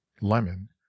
lemon